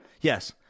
Yes